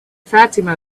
fatima